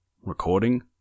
Recording